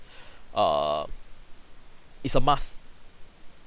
err it's a must